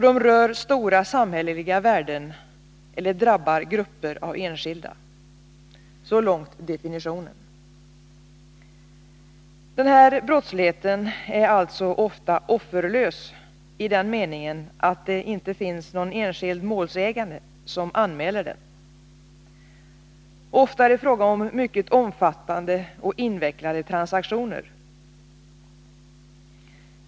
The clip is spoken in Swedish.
De rör stora samhälleliga värden eller drabbar grupper av enskilda. Så långt definitionen. Den här brottsligheten är alltså ofta offerlös i den meningen att det inte finns någon enskild målsägande som anmäler den. Ofta är det fråga om mycket omfattande och invecklade transaktioner.